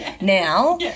now